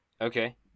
Okay